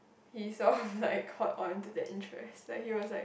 he sort of like caught onto that interest like he was like